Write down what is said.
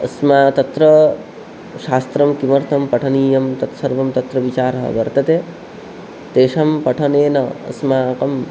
अस्माकं तत्र शास्त्रं किमर्थं पठनीयं तत्सर्वं तत्र विचारः वर्तते तेषां पठनेन अस्माकं